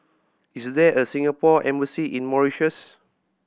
is there a Singapore Embassy in Mauritius